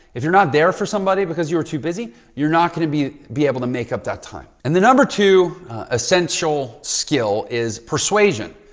if you're not there for somebody because you were too busy, you're not going to be be able to make up that time. and the number two essential skill is persuasion.